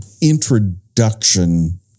introduction